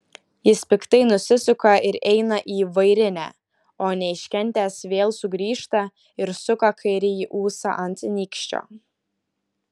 jis piktai nusisuka ir eina į vairinę o neiškentęs vėl sugrįžta ir suka kairįjį ūsą ant nykščio